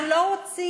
אנחנו לא רוצים